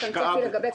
יש לכם צפי לגבי קדימה?